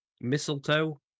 Mistletoe